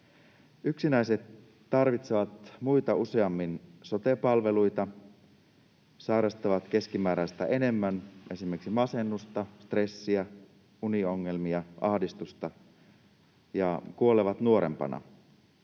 Yksinäiset tarvitsevat muita useammin sote-palveluita, sairastavat keskimääräistä enemmän esimerkiksi masennusta, stressiä, uniongelmia, ahdistusta ja kuolevat nuorempina.